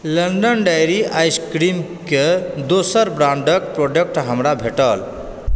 London dairy ice cream के दोसर ब्रांडक प्रोडक्ट हमरा भेटल